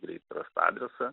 greit rast adresą